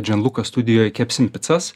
džianluką studijoje kepsim picas